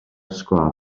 sgwâr